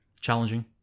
Challenging